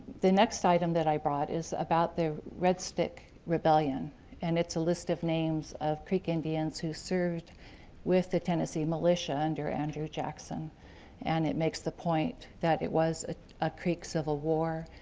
the next item that i brought is about the red stick rebellion and it's a list of names creek indians who served with the tennessee militia under andrew jackson and it makes the point that it was a ah creek civil war,